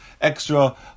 extra